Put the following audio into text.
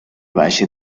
valle